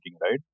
right